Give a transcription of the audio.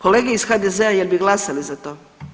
Kolege iz HDZ-a jel bi glasali za to?